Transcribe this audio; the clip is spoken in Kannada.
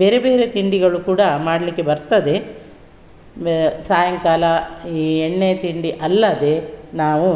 ಬೇರೆ ಬೇರೆ ತಿಂಡಿಗಳು ಕೂಡ ಮಾಡಲಿಕ್ಕೆ ಬರ್ತದೆ ಬೆ ಸಾಯಂಕಾಲ ಈ ಎಣ್ಣೆ ತಿಂಡಿ ಅಲ್ಲದೆ ನಾವು